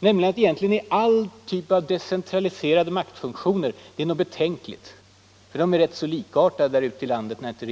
Han menar att egentligen är allt vad decentraliserade maktfunktioner heter något betänkligt, för att de är ganska likartade ute i landet. Men däremot